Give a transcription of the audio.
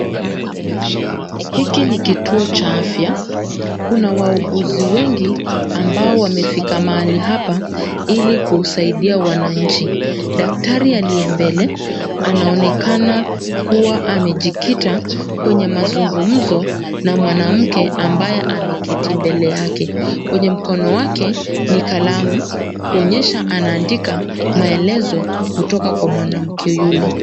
Hiki ni kituo cha afya. Kuna wauguzi wengi ambao wamefika mahali hapa ili kusaidia wananchi. Daktari aliye mbele anaonekana kubwa amejikita kwenye mazungumzo na mwanamke ambaye mbele yake. Kwenye mkono wake ni kalamu kuonyesha anaandika maelezo kutoka kwa mwanamke yule.